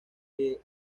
que